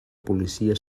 policia